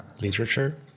literature